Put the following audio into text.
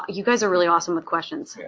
you guys are really awesome with questions.